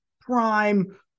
prime